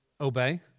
Obey